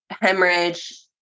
hemorrhage